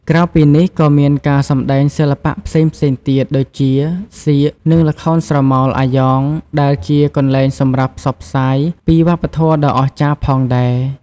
ក្រៅពីនេះ ក៏មានការសម្តែងសិល្បៈផ្សេងៗទៀតដូចជា សៀក និងល្ខោនស្រមោលអាយ៉ងដែលជាកន្លែងសម្រាប់ផ្សព្វផ្សាយពីវប្បធម័ដ៏អស្ចារ្យផងដែរ ។